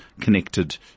connected